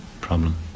problem